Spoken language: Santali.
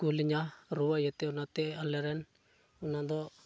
ᱠᱳᱞ ᱤᱧᱟ ᱨᱩᱣᱟᱹ ᱤᱭᱟᱹᱛᱮ ᱟᱞᱮᱨᱮᱱ ᱚᱱᱟᱫᱚ